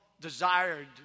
desired